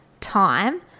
time